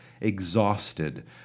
exhausted